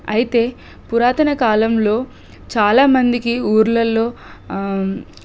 అయితే పురాతన కాలంలో చాలామందికి ఊళ్ళల్లో